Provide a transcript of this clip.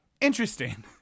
Interesting